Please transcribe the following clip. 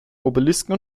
obelisken